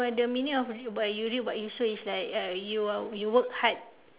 you know when you the meaning of by you reap what you sow is like uh you uh you work hard